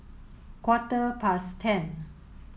quarter past ten